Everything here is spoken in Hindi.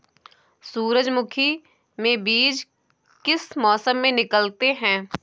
सूरजमुखी में बीज किस मौसम में निकलते हैं?